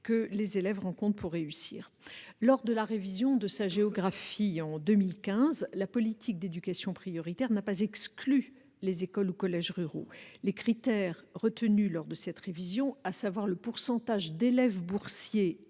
que ces élèves rencontrent pour réussir. Lors de la révision de sa géographie en 2015, la politique d'éducation prioritaire n'a pas exclu les écoles ou collèges ruraux. Les critères retenus lors de cette révision, à savoir le pourcentage d'élèves boursiers